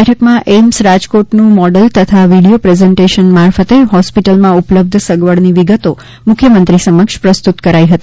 બેઠકમાં એઇમ્સ રાજકોટનું મોડલ તથા વિડિથો પ્રેઝન્ટેશન મારફતે હોસ્પિટલમાં ઉપલબ્ધ સગવડની વિગતો મુખ્યમંત્રી સમક્ષ પ્રસ્તુત કરાઈ હતી